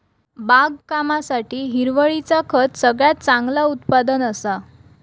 बागकामासाठी हिरवळीचा खत सगळ्यात चांगला उत्पादन असा